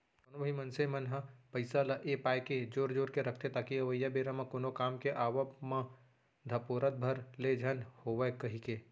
कोनो भी मनसे मन ह पइसा ल ए पाय के जोर जोर के रखथे ताकि अवइया बेरा म कोनो काम के आवब म धपोरत भर ले झन होवन कहिके